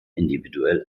individuell